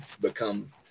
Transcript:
become